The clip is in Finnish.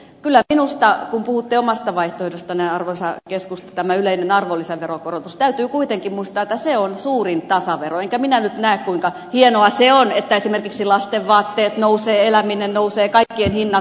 kyllä minusta kun puhutte omasta vaihtoehdostanne arvoisa keskusta tästä yleisen arvonlisäveron korotuksesta täytyy kuitenkin muistaa että se on suurin tasavero enkä minä nyt näe kuinka hienoa se on että esimerkiksi lastenvaatteiden hinta nousee elämisen hinta nousee kaikkien hinnat nousevat